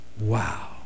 Wow